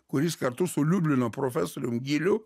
kuris kartu su liublino profesoriumi giliu